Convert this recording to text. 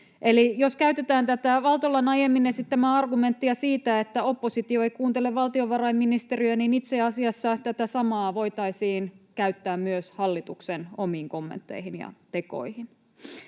Jos käytetään tätä Valtolan aiemmin esittämää argumenttia siitä, että oppositio ei kuuntele valtiovarainministeriötä, niin itse asiassa tätä samaa voitaisiin käyttää myös hallituksen omiin kommentteihin ja tekoihin.